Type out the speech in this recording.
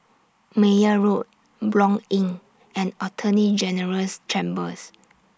Meyer Road Blanc Inn and Attorney General's Chambers